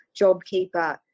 JobKeeper